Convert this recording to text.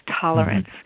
tolerance